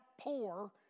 poor